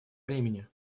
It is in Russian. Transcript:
времени